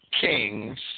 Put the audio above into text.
kings